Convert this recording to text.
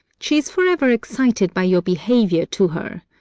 she is forever excited by your behaviour to her.